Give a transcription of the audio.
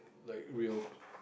like real